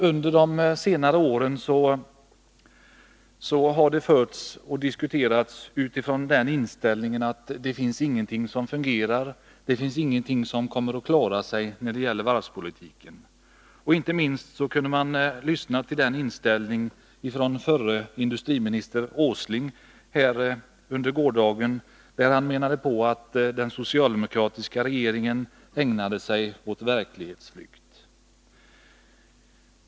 Under de senare åren har i diskussionerna kunnat spåras den inställningen att ingenting fungerar inom varvspolitiken, att inga varv kommer att klara sig. Inte minst förre industriministern Åsling hade den inställningen i sitt anförande i går, där han menade att den socialdemokratiska regeringen ägnade sig åt verklighetsflykt.